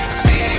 see